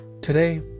Today